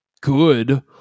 good